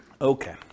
Okay